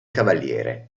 cavaliere